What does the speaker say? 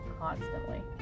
constantly